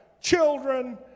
children